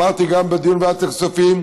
אמרתי גם בדיון ועדת הכספים: